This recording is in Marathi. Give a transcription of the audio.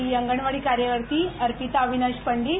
मी अंगणवाडी कार्यकर्ती अर्पिता अविनाश पंडीत